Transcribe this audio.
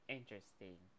Interesting